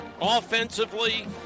offensively